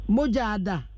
Mojada